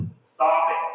sobbing